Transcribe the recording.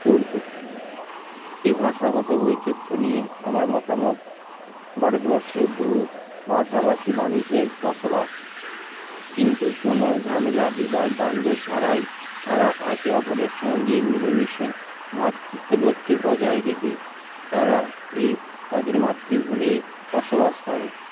উর্দু এই ভাষাগত বৈচিত্র্য নিয়েই আমার মতামত ভারতবর্ষে বহু ভাষাভাষী মানুষের বসবাস কিন্তু কোনো ঝামেলা বিবাদ দ্বন্দ্ব ছাড়াই তারা একে অপরের সঙ্গে মিলেমিশে ভ্রাতৃত্ববোধকে বজায় রেখে তারা এই তাদের মাতৃভূমে বসবাস করে